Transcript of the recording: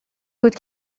بود